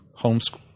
homeschool